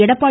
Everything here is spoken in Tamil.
எடப்பாடி